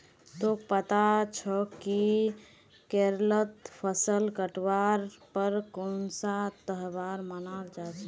तोक पता छोक कि केरलत फसल काटवार पर कुन्सा त्योहार मनाल जा छे